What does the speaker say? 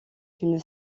d’une